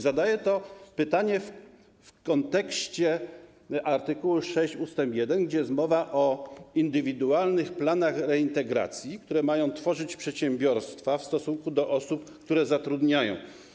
Zadaję to pytanie w kontekście art. 6 ust. 1, gdzie jest mowa o indywidualnych planach reintegracji, które mają tworzyć przedsiębiorstwa w stosunku do osób, które zatrudniają.